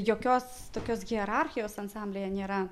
jokios tokios hierarchijos ansamblyje nėra